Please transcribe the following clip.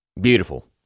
beautiful